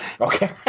okay